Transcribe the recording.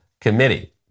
Committee